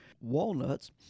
walnuts